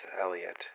Elliot